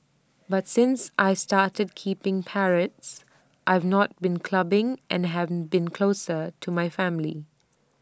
but since I started keeping parrots I've not been clubbing and haven been closer to my family